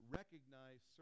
recognize